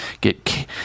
get